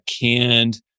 canned